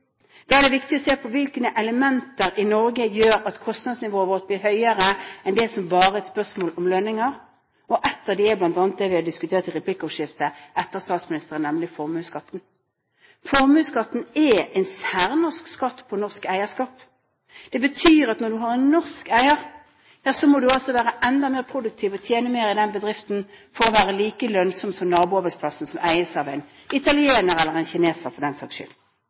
Da er det viktig å se på hvilke elementer i Norge som gjør at kostnadsnivået vårt blir høyere enn det som bare er et spørsmål om lønninger. Ett av dem er bl.a. det vi har diskutert i replikkordskiftet etter statsministerens innlegg, nemlig formuesskatten. Formuesskatten er en særnorsk skatt på norsk eierskap. Det betyr at når man har en norsk eier, må man altså være enda mer produktiv og tjene mer i den bedriften for å være like lønnsom som naboarbeidsplassen, som eies av en italiener eller en kineser, for den saks skyld.